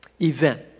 event